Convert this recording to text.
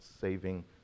saving